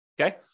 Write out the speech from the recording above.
okay